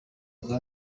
uganda